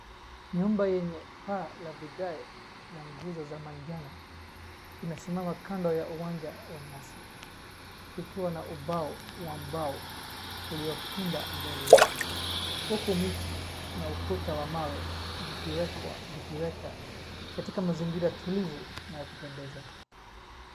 Nyumba yenye paa la vigae na nguzo za majano inasimama kando ya uwanja wa nyasi ikiwa na ubao wa mbao uliopinda mbele yake huku miti na ukuta wa mawe vikiwekwa vikiweka katika mazingira tulivu na ya kupendeza.